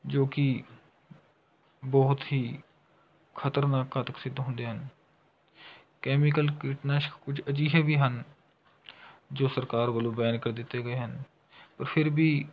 ਜੋ ਕਿ ਬਹੁਤ ਹੀ ਖਤਰਨਾਕ ਘਾਤਕ ਸਿੱਧ ਹੁੰਦੇ ਹਨ ਕੈਮੀਕਲ ਕੀਟਨਾਸ਼ਕ ਕੁਝ ਅਜਿਹੇ ਵੀ ਹਨ ਜੋ ਸਰਕਾਰ ਵੱਲੋਂ ਬੈਨ ਕਰ ਦਿੱਤੇ ਗਏ ਹਨ ਪਰ ਫਿਰ ਵੀ